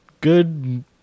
good